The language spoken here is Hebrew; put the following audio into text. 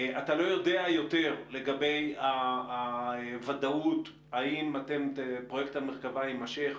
לגבי הוודאות האם פרויקט המרכבה ימשך,